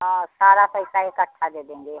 हाँ सारा पैसा इकट्ठा दे देंगे